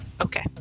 Okay